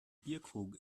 bierkrug